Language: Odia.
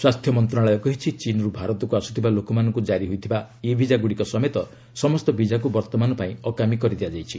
ସ୍ୱାସ୍ଥ୍ୟ ମନ୍ତ୍ରଣାଳୟ କହିଛି ଚୀନ୍ରୁ ଭାରତକୁ ଆସୁଥିବା ଲୋକମାନଙ୍କୁ କାରି ହୋଇଥିବା ଇ ବିଜା ଗ୍ରଡ଼ିକ ସମେତ ସମସ୍ତ ବିଜାକୁ ବର୍ତ୍ତମାନ ପାଇଁ ଅକାମି କରିଦିଆଯାଇଛି